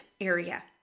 area